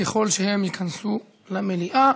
ככל שהם ייכנסו למליאה.